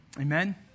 Amen